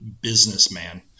businessman